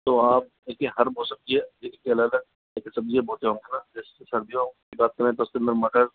तो आप देखिए हर मौसम कि ये अलग अलग सब्जियाँ बोते होंगे ना जैसे सब्जियों की बात करें तो उसके अंदर मटर